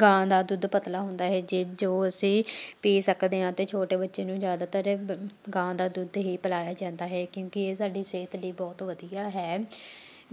ਗਾਂ ਦਾ ਦੁੱਧ ਪਤਲਾ ਹੁੰਦਾ ਹੈ ਜੇ ਜੋ ਅਸੀਂ ਪੀ ਸਕਦੇ ਹਾਂ ਅਤੇ ਛੋਟੇ ਬੱਚੇ ਨੂੰ ਜ਼ਿਆਦਾਤਰ ਗਾਂ ਦਾ ਦੁੱਧ ਹੀ ਪਿਲਾਇਆ ਜਾਂਦਾ ਹੈ ਕਿਉਂਕਿ ਇਹ ਸਾਡੀ ਸਿਹਤ ਲਈ ਬਹੁਤ ਵਧੀਆ ਹੈ